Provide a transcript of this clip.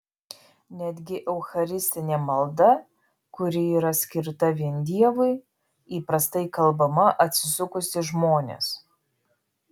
netgi eucharistinė malda kuri yra skirta vien dievui įprastai kalbama atsisukus į žmones